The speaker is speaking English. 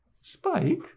Spike